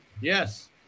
Yes